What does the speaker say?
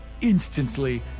instantly